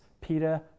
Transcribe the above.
Peter